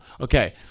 Okay